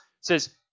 says